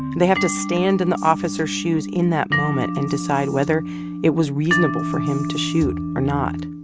they have to stand in the officer's shoes in that moment and decide whether it was reasonable for him to shoot or not.